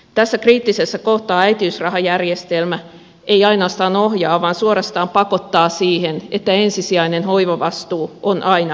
tässä kriittisessä kohtaa äitiysrahajärjestelmä ei ainoastaan ohjaa vaan suorastaan pakottaa siihen että ensisijainen hoivavastuu on aina äidillä